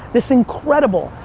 this incredible,